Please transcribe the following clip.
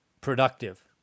productive